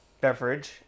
beverage